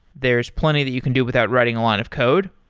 there's plenty that you can do without writing a lot of code,